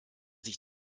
sich